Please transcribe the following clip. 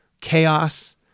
chaos